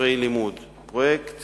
ספרי לימוד הוא פרויקט